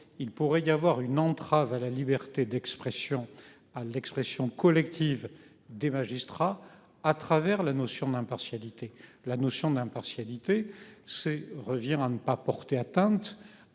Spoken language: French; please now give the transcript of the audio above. il pourrait y avoir une entrave à la liberté d'expression à l'expression collective des magistrats à travers la notion d'impartialité la notion d'impartialité c'est revient à ne pas porter atteinte